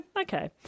Okay